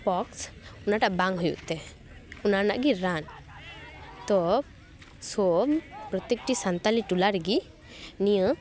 ᱯᱚᱠᱥ ᱚᱱᱟᱴᱟᱜ ᱵᱟᱝ ᱦᱩᱭᱩᱜ ᱛᱮ ᱚᱱᱟ ᱨᱮᱱᱟᱜ ᱜᱮ ᱨᱟᱱ ᱛᱚ ᱥᱳᱢ ᱯᱨᱚᱛᱛᱮᱠᱴᱤ ᱥᱟᱱᱛᱟᱞᱤ ᱴᱚᱞᱟ ᱨᱮᱜᱮ ᱱᱤᱭᱟᱹ